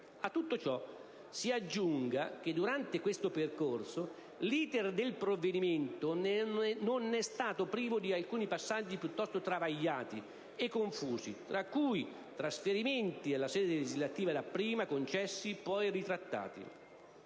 A tutto ciò si aggiunga che, durante questo percorso, l'*iter* del provvedimento non è stato privo di alcuni passaggi piuttosto travagliati e confusi, tra cui trasferimenti alla sede legislativa dapprima concessi, poi ritrattati.